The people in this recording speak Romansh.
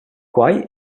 quai